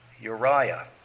Uriah